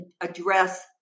address